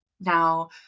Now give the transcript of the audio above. Now